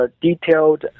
detailed